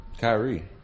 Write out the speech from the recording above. Kyrie